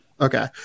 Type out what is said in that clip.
Okay